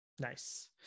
nice